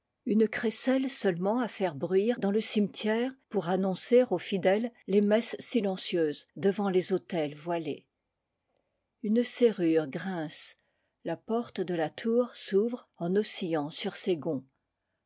une crécelle seulement à faire bruire dans le cimetière pour annoncer aux fidèles les messes silencieuses devant les autels voilés une serrure grince la porte de la tour s'ouvre en oscillant sur ses gonds